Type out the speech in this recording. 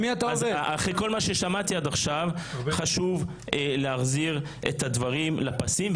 אז חשוב להחזיר את דברים לפסים,